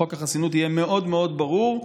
ושחוק החסינות יהיה מאוד מאוד ברור,